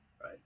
right